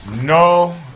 No